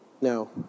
No